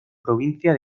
provincia